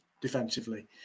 defensively